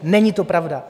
Není to pravda.